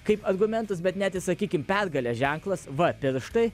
kaip argumentas bet net sakykime pergalės ženklas v pirštai